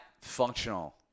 functional